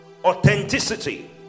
authenticity